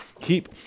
keep